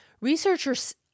researchers